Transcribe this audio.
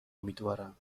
امیدوارم